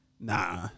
Nah